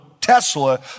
Tesla